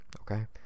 Okay